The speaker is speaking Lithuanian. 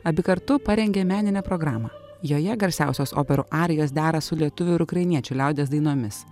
abi kartu parengė meninę programą joje garsiausios operų arijos dera su lietuvių ir ukrainiečių liaudies dainomis